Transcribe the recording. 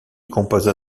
composa